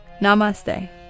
Namaste